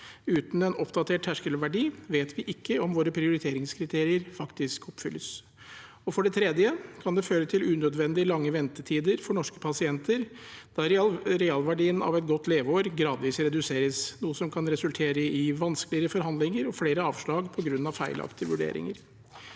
Uten en oppdatert terskelverdi vet vi ikke om våre prioriteringskriterier faktisk oppfylles. For det tredje kan det føre til unødvendig lange ventetider for norske pasienter da realverdien av et godt leveår gradvis reduseres, noe som kan resultere i vanskeligere forhandlinger og flere avslag på grunn av feilaktige vurderinger.